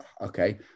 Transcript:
okay